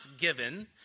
given